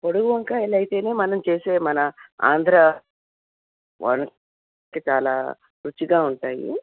పొడుగు వంకాయలు అయితేనే మనం చేసే మన ఆంధ్ర వంట చాలా రుచిగా ఉంటాయి